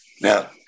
Now